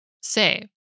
say